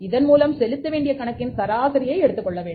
இதன்மூலம் செலுத்தவேண்டிய கணக்கின் சராசரியை எடுத்துக்கொள்ள வேண்டும்